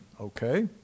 Okay